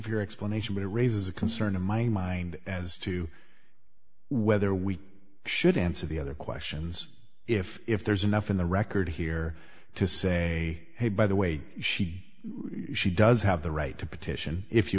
for your explanation but it raises a concern in my mind as to whether we should answer the other questions if if there's enough in the record here to say hey by the way she she does have the right to petition if you